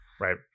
Right